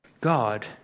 God